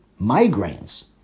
migraines